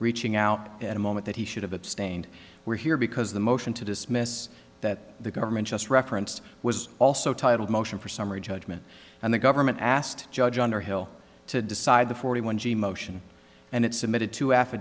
reaching out in a moment that he should have abstained were here because the motion to dismiss that the government just referenced was also titled motion for summary judgment and the government asked judge underhill to decide the forty one g motion and it submitted two a